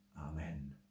Amen